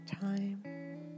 time